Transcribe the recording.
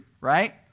right